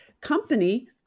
company